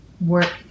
work